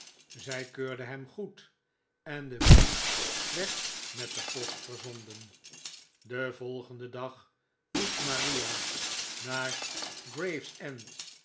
zij keurde hem goed en de brief werd met de post verzonden den volgenden dag moest maria naar grave